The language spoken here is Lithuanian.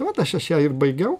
vot aš aš ją ir baigiau